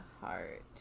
heart